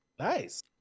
Nice